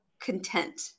content